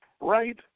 right